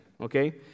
okay